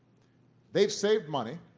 they save money.